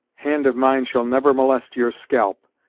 hand of mine shall never molest your scalp,